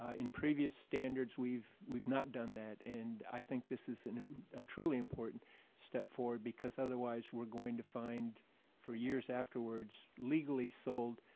ah in previous standards we've we've not done that. and i think this is a truly important step forward because otherwise we're going to find for years afterwards legally sold